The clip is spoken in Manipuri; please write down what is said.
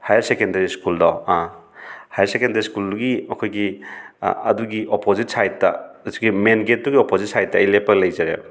ꯍꯥꯌꯔ ꯁꯦꯀꯦꯟꯗꯔꯤ ꯁ꯭ꯀꯨꯜꯗꯣ ꯑꯥ ꯍꯥꯌꯔ ꯁꯦꯀꯦꯟꯗꯔꯤ ꯁ꯭ꯀꯨꯜꯗꯨꯒꯤ ꯑꯩꯈꯣꯏꯒꯤ ꯑꯗꯨꯒꯤ ꯑꯣꯞꯄꯣꯖꯤꯠ ꯁꯥꯏꯗꯇ ꯑꯗꯨꯒꯤ ꯃꯦꯟ ꯒꯦꯠꯇꯨꯒꯤ ꯑꯣꯞꯄꯣꯖꯤꯠ ꯁꯥꯏꯗꯇ ꯑꯩ ꯂꯦꯞꯄꯒ ꯂꯩꯖꯔꯦ